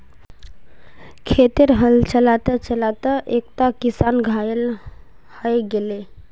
खेतत हल चला त चला त एकता किसान घायल हय गेले